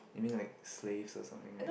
you mean like slaves or something right